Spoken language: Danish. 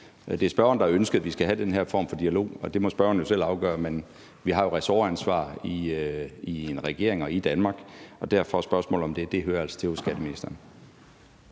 Det er spørgeren, der har ønsket, at vi skal have den her form for dialog, og det må spørgeren jo selv afgøre. Men vi har jo ressortansvar i en regering og i Danmark, og derfor hører spørgsmål om det altså til hos skatteministeren.